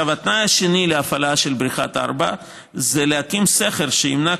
התנאי השני להפעלה של בריכה 4 הוא להקים סכר שימנע